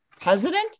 President